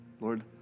Lord